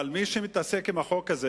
אבל מי שמתעסק עם החוק הזה,